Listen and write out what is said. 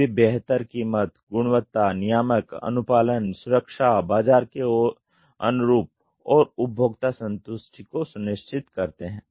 अब ये बेहतर कीमत गुणवत्ता नियामक अनुपालन सुरक्षा बाज़ार के अनुरूप और उपभोक्ता संतुष्टि को सुनिश्चित करते हैं